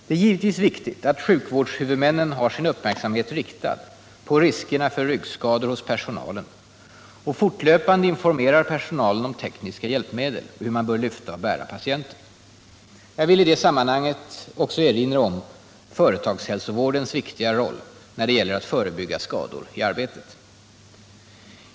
Det är givetvis viktigt att sjukvårdshuvudmännen har sin uppmärksamhet riktad på riskerna för ryggskador hos personalen och fortlöpande informerar personalen om tekniska hjälpmedel och hur man bör lyfta och bära patienter. Jag vill i detta sammanhang också erinra om företagshälsovårdens viktiga roll när det gäller att förebygga skador i arbetet.